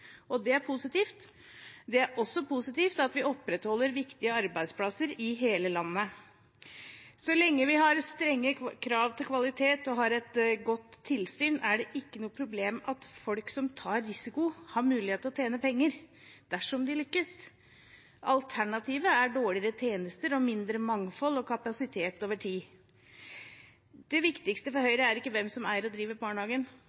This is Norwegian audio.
og det er positivt. Det er også positivt at vi opprettholder viktige arbeidsplasser i hele landet. Så lenge vi har strenge krav til kvalitet og har et godt tilsyn, er det ikke noe problem at folk som tar risiko, har mulighet til å tjene penger dersom de lykkes. Alternativet er dårligere tjenester og mindre mangfold og kapasitet over tid. Det viktigste for Høyre er ikke hvem som eier og driver barnehagen.